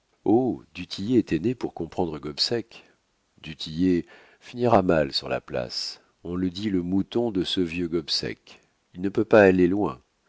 tillet était né pour comprendre gobseck du tillet finira mal sur la place on le dit le mouton de ce vieux gobseck il ne peut pas aller loin